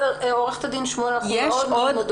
עורכת הדין שמואל אנחנו מאוד מודים לך.